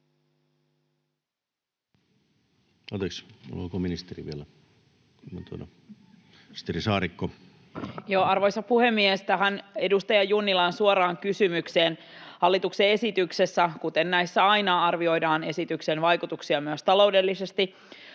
arvoisa puhemies, tähän edustaja Junnilan suoraan kysymykseen: Hallituksen esityksessä, kuten näissä aina, arvioidaan esityksen vaikutuksia myös taloudellisesti